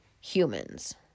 humans